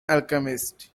alchemist